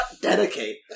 dedicate